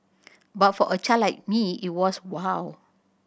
but for a child like me it was wow